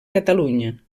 catalunya